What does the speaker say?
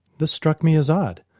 this struck me as odd,